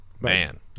man